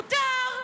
תנשמי, עליזה, מותר.